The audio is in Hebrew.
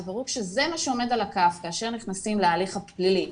ברור שזה מה שעומד על הכף כשנכנסים להליך הפלילי.